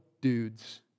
dudes